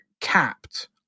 capped